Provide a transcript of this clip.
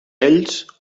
ells